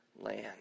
land